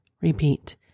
Repeat